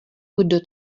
kdo